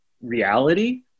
reality